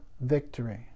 victory